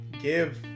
give